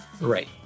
Right